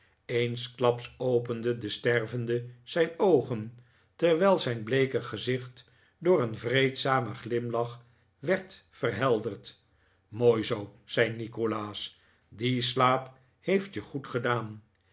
eensklaps opende de stervende zijn oogen terwijl zijn bleeke gezicht door een vreedzamen glimlach werd verhelderd mooi zoo zei nikolaas die slaap heeft je goed gedaan